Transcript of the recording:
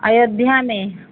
अयोध्या में